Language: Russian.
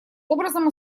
образом